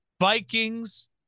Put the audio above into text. Vikings